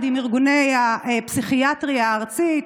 תוכנית יחד עם ארגוני הפסיכיאטריה הארצית,